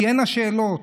תהיינה שאלות,